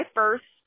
first